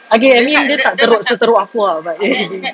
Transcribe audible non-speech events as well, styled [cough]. okay I mean dia tak teruk seteruk aku [tau] but [laughs]